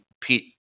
pete